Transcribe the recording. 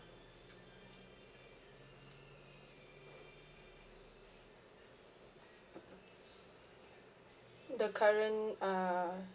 the current uh